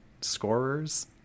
scorers